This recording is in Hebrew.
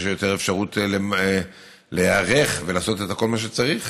יש יותר אפשרות להיערך ולעשות את כל מה שצריך.